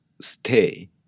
stay